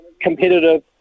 competitive